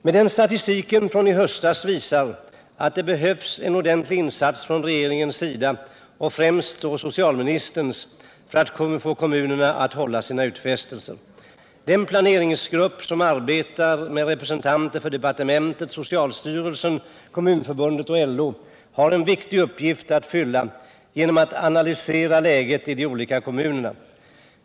Men statistiken från i höstas visar att det behövs en ordentlig insats från regeringens sida, och främst från socialministerns, för att få kommunerna att hålla sina utfästelser. Den planeringsgrupp som arbetar med representanter för departementet, socialstyrelsen, Kommunförbundet och LO har en viktig uppgift att fylla genom analysering av läget i de olika kommunerna.